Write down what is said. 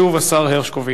שוב השר הרשקוביץ.